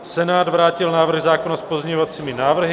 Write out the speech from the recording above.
Senát vrátil návrh zákona s pozměňovacími návrhy.